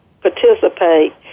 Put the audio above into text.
participate